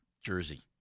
Jersey